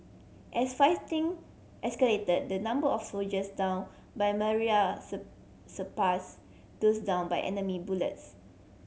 as fighting escalated the number of soldiers downed by malaria surpassed those downed by enemy bullets